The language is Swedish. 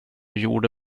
gjorde